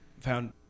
found